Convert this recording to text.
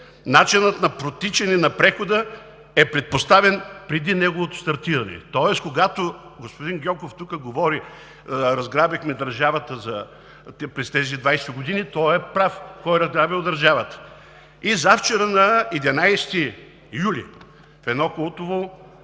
„Начинът на протичане на прехода е предпоставен преди неговото стартиране“, тоест, когато господин Гьоков тук говори, че разграбихме държавата през тези 20 години, той е прав кой е разграбил държавата. На 11 юли, завчера, в едно култово